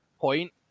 point